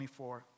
24